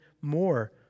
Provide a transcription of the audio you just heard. more